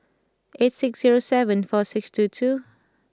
eight six zero seven four six two two